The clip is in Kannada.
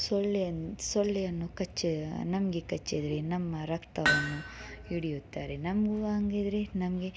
ಸೊಳ್ಳೆಯನ್ನು ಸೊಳ್ಳೆಯನ್ನು ಕಚ್ಚಿ ನಮಗೆ ಕಚ್ಚಿದರೆ ನಮ್ಮ ರಕ್ತವನ್ನು ಹಿಡಿಯುತ್ತಾರೆ ನಮಗೂ ಹಾಗಿದ್ರೆ ನಮಗೆ